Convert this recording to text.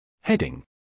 Heading